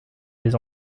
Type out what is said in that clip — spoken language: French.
des